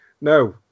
no